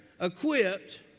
equipped